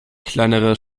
kleinere